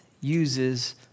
uses